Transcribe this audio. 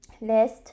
list